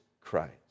Christ